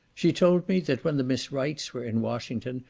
she told me, that when the miss wrights were in washington,